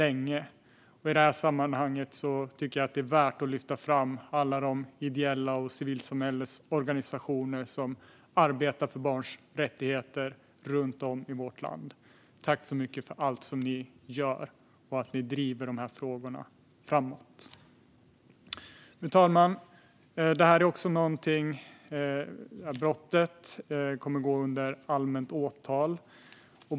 I detta sammanhang är det värt att lyfta fram alla de ideella civilsamhällesorganisationer som arbetar för barns rättigheter runt om i vårt land. Tack så mycket för allt som ni gör och för att ni driver dessa frågor framåt! Fru talman! Detta brott kommer att gå under allmänt åtal.